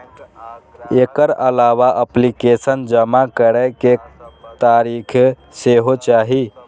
एकर अलावा एप्लीकेशन जमा करै के तारीख सेहो चाही